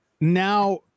now